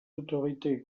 autorités